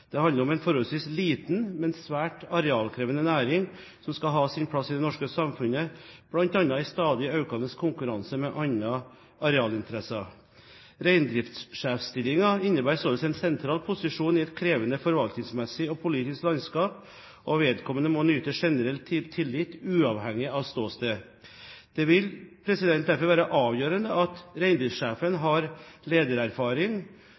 Det handler om en forholdsvis liten, men svært arealkrevende næring som skal ha sin plass i det norske samfunnet, bl.a. med en stadig økende konkurranse fra andre arealinteresser. Reindriftssjefsstillingen innebærer således en sentral posisjon i et krevende forvaltningsmessig og politisk landskap, og vedkommende må nyte generell tillit uavhengig av ståsted. Det vil derfor være avgjørende at reindriftssjefen har ledererfaring,